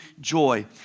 joy